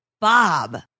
Bob